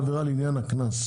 אבל זו עבירה לעניין הקנס.